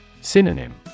Synonym